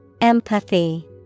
Empathy